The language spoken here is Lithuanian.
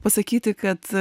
pasakyti kad